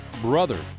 brother